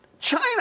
China